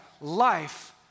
life